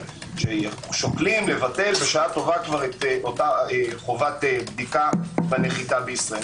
ששוקלים לבטל בשעה טובה את אותה חובת בדיקה בנחיתה בישראל,